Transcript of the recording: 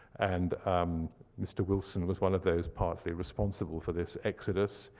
and um mr. wilson was one of those partly responsible for this exodus.